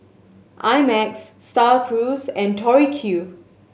I Max Star Cruise and Tori Q